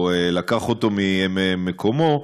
או לקח אותו ממקומו,